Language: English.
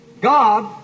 God